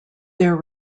their